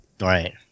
right